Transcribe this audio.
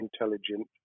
intelligent